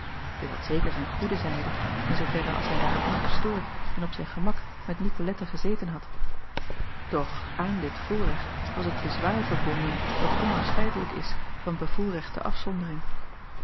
it had zeker zijn goede zijde in zooverre als hij daar ongestoord en op zijn gemak met icolette gezeten had doch aan dit voorrecht was het bezwaar verbonden dat onafscheidelijk is van bevoorrechte afzondering